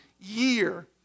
year